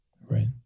Right